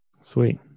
Sweet